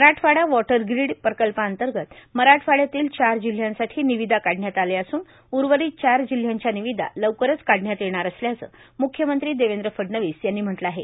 Marathwada water grid प्रकल्पांतर्गत मराठवाड़यातल्या चार जिल्ह्यांसाठी निविदा काढण्यात आल्या असून उर्वरित चार जिल्ह्यांच्या निविदा लवकरच काढण्यात येणार असल्याचं म्ख्यमंत्री देवेंद्र फडणवीस यांनी म्हटलं आहे